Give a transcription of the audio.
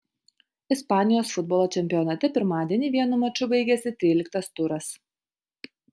ispanijos futbolo čempionate pirmadienį vienu maču baigėsi tryliktas turas